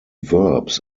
verbs